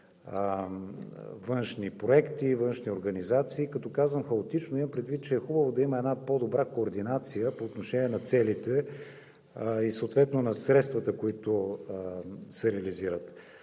външни проекти, външни организации. Като казвам хаотично имам предвид, че е хубаво да има една по-добра координация по отношение на целите и съответно на средствата, които се реализират.